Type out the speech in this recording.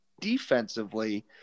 defensively